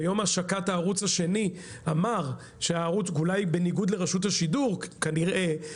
ביום השקת הערוץ השני אמר שאולי בניגוד לרשות השידור כנראה,